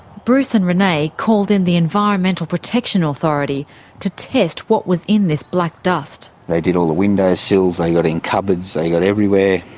bruce and renee called in the environmental protection authority to test what was in this black dust. they did all the windowsills, they got in cupboards, they got everywhere.